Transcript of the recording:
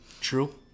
True